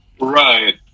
Right